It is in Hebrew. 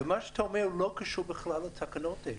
מה שאתה אומר לא קשור בכלל לתקנות האלה.